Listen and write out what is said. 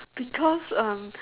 because um